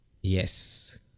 Yes